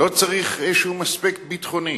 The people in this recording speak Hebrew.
לא צריך שום אספקט ביטחוני.